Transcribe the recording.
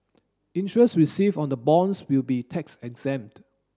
interest received on the bonds will be tax exempt